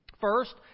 First